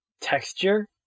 texture